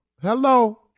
Hello